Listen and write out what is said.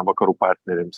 vakarų partneriams